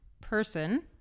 person